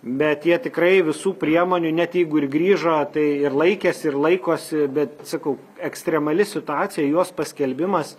bet jie tikrai visų priemonių net jeigu ir grįžo tai ir laikėsi ir laikosi bet sakau ekstremali situacija jos paskelbimas